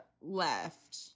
left